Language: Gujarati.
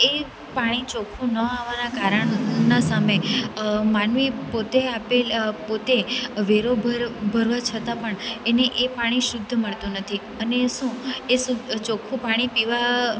એ પાણી ચોખ્ખું ન આવવાના કારણના સામે માનવી પોતે આપેલ પોતે વેરો ભરવા છતાં પણ એને એ પાણી શુદ્ધ મળતું નથી અને શું એ ચોખ્ખું પાણી પીવા